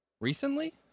recently